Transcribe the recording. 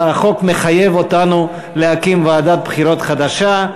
אלא החוק מחייב אותנו להקים ועדת בחירות חדשה.